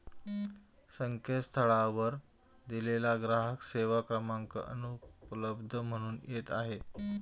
संकेतस्थळावर दिलेला ग्राहक सेवा क्रमांक अनुपलब्ध म्हणून येत आहे